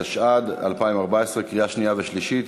התשע"ד 2014, קריאה שנייה ושלישית.